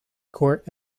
court